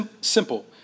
simple